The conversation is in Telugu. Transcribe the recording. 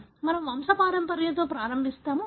కాబట్టి మనము వంశపారంపర్యంతో ప్రారంభిస్తాము